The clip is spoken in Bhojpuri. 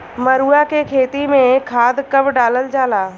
मरुआ के खेती में खाद कब डालल जाला?